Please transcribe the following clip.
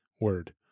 word